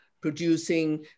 producing